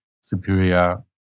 superior